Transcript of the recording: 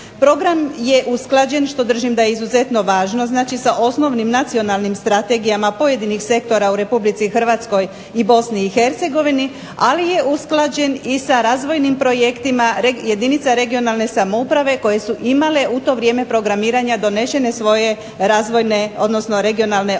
Program je usklađen što držim da je izuzetno važno. Znači, sa osnovnim nacionalnim strategijama pojedinih sektora u RH i BiH, ali je usklađen i sa razvojnim projektima jedinica regionalne samouprave koje su imale u to vrijeme programiranja donesene svoje razvojne, odnosno regionalne operativne